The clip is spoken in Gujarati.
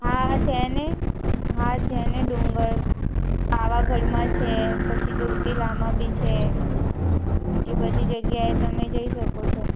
હા છે ને હા છે ને ડુંગર પાવાગઢમાં છે પછી ચોટીલામાં બી છે ઈ બધી જગ્યાએ તમે જઈ શકો છો